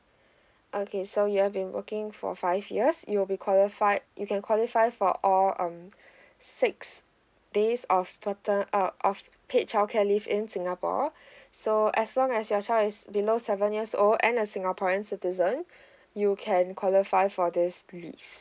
okay so you have been working for five years you'll be qualified you can qualify for all um six days of pater~ uh of paid childcare leave in singapore so as long as your child is below seven years old and a singaporean citizens you can qualify for this leave